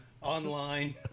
Online